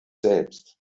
selbst